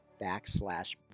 backslash